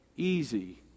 easy